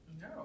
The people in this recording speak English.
No